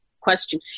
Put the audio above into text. question